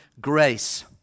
grace